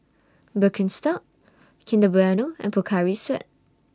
Birkenstock Kinder Bueno and Pocari Sweat